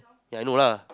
ya I know lah